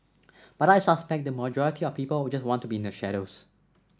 but I suspect the majority of people just want to be in the shadows